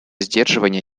сдерживания